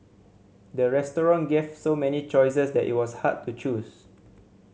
the restaurant gave so many choices that it was hard to choose